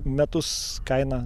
metus kaina